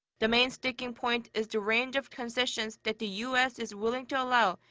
the main sticking point is the range of concessions that the u s. is willing to allow,